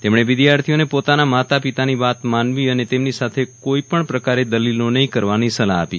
તેમણે વિદ્યાર્થીઓને પોતાના માતા પિતાની વાત માનવી અને તેમની સાથે કોઇપપ્ન પ્રકારે દલીલો નહી કરવાની સલાહ આપી